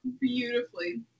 Beautifully